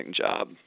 job